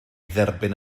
dderbyn